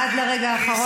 עד לרגע האחרון,